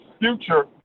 future